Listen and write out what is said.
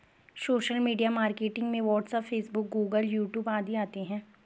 social media marketing में WhatsApp Facebook Google YouTube आदि आते है